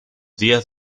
días